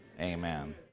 amen